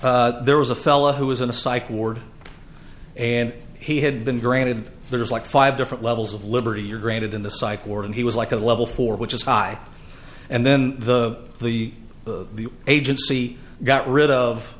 monson there was a fella who was in a psych ward and he had been granted there's like five different levels of liberty you're granted in the psych ward and he was like a level four which is high and then the the the agency got rid of